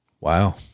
Wow